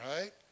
right